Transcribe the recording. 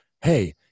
Hey